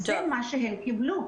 זה מה שהן קיבלו,